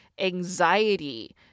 anxiety